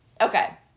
Okay